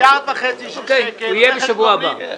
אני רק מביא עוד הפעם לתשומת ליבם 1.5 מיליארד שקלים רכש גומלין,